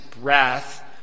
breath